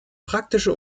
praktische